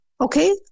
okay